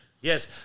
Yes